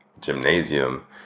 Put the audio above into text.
gymnasium